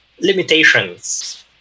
limitations